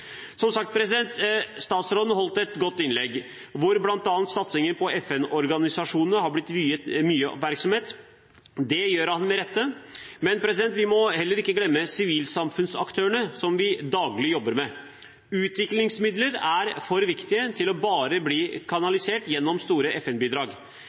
Som sagt holdt statsråden et godt innlegg, hvor bl.a. satsingen på FN-organisasjonene ble viet mye oppmerksomhet. Det gjør han med rette. Men vi må heller ikke glemme sivilsamfunnsaktørene som vi daglig jobber med. Utviklingsmidler er for viktige til bare å bli